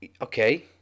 okay